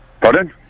Pardon